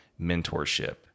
mentorship